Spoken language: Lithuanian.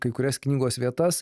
kai kurias knygos vietas